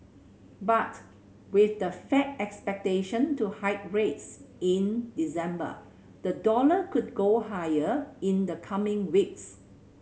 but with the Fed expected to hike rates in December the dollar could go higher in the coming weeks